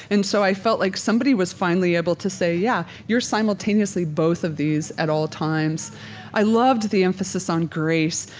and so i felt like someone was finally able to say, yeah, you're simultaneously both of these at all times i loved the emphasis on grace,